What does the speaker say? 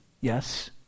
Yes